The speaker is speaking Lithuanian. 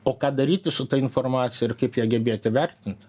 o ką daryti su ta informacija ir kaip ją gebėti vertint